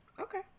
Okay